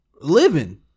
living